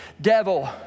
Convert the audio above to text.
devil